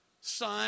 son